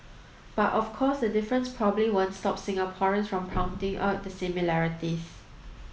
but of course the difference probably won't stop Singaporeans from pointing out the similarities